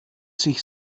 sich